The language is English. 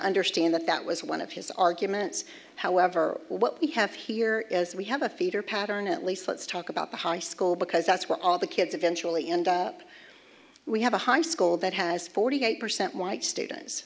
understand that that was one of his arguments however what we have here is we have a feeder pattern at least let's talk about the high school because that's where all the kids eventually end up we have a high school that has forty eight percent white students